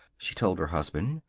she told her husband.